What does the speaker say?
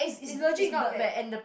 it's legit not bad